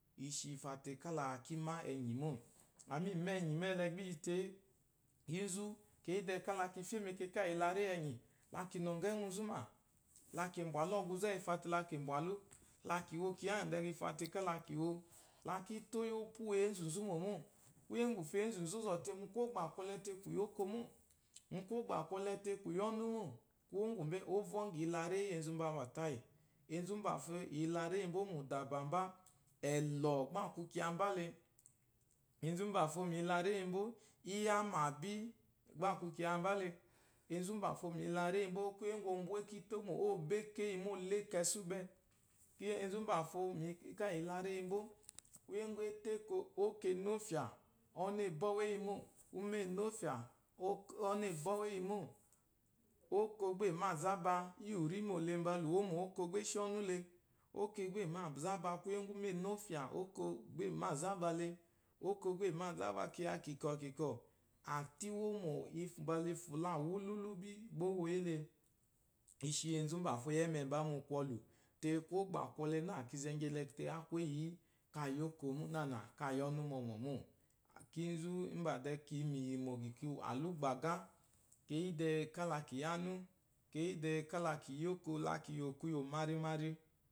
Í shi i fa te kála ki má ɛ̀nyì mô, àmá ìmá ɛ̀nyì ɛlɛ gbá i yi te, kínzú keyí dɛɛ kála ki fyé mu ɛkɛkà íyì ìyelaréyi ɛ̀nyì, la kì nɔ̀ŋgɔ ɛ́ŋwúu nzù mà, la kì mbàlù ɔgwuzɛ úwù i fa te la kì mbwàlú, la kì wo kyiya íŋgyì dɛɛ gbà i fa te kála kì wo, la kí tów’ íyì ópwu úwù ěnzù nzú mò mô, kwúyè úŋgwùfo énzù nzú ó zɔ̀ te mu kwɔ́gbà kwɔlɛ te kù yi óko mô, mu kwɔ́gbà kwɔlɛ te kù yi ɔ́nú mô. Kwwó ùŋgwù mbé, ó vɔ́ŋgɔ̀ ìyilaréyi íyì enzu mbambà tayì. Enzu úmbàfo ìyilaréyi mbó mùdàbà mbá, ɛ̀llɔ̀ gbá a kwu kyiya mbá le, enzu úmbàfo mu ìyelaréyi mbó, íyámà bí, gbá a kwu kyiya mbá le, enzu úmbàfo mu ìyelaréyi mbó, kwúye úŋgwù o mbwà éko ítómò ó bɔ́ éko éyi mô, o ló éko ɛ̀sùbɛ̂ enzu úmbàfo, mu ekekà íyì ìyelaréyi mbó, kwúyè úŋgwù é tó óko, óko e nɔ ofyà, ɔ́nú ée bɔ́ wu éyi mô, úmɛ́ e nɔ ofyà, ɔ́nú e bɔ́ wu éyi mô. Óko gbá è má àzába íyì ùrímò le mbala ùwómò, óko gbá é shi ɔ́nú le, óko gbá è má àzába kwúyè úŋgwù úmɛ́ e nɔ ófyà óko gbá è má àzába le, óko gbá è má àzába kyiya kìkɔ̀-kìkɔ̀e, àtíwómò mbala ifùlaà wúlúlú bí gbá ó wo le. I shi enzu úmbàfo o yí ɛ́mɛ mbá mu kwɔlu, te kwɔ́gbà kwɔlɛ nâ kizɛ ŋgyɛlɛ te, á kwu éyi káa yi óko nânà káa yi ɔ́nú mɔmɔ̀ mô. Kínzú úmbà dɛɛ kì yi mu ìyìmò àlúgbágá, keyí dɛɛ káa la kì yi ánú, keyí dɛɛ káa la kì yi óko, la kì yò kwuyò marimari.